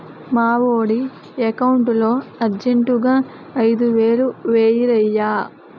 మావోడి ఎకౌంటులో అర్జెంటుగా ఐదువేలు వేయిరయ్య